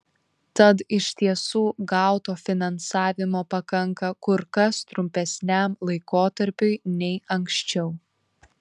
tad iš tiesų gauto finansavimo pakanka kur kas trumpesniam laikotarpiui nei anksčiau